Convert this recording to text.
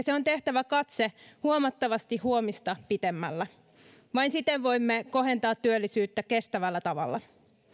se on tehtävä katse huomattavasti huomista pitemmällä vain siten voimme kohentaa työllisyyttä kestävällä tavalla